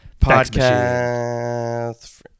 Podcast